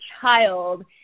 child